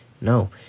No